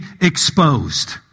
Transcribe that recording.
exposed